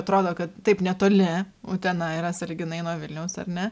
atrodo kad taip netoli utena yra sąlyginai nuo vilniaus ar ne